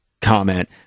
comment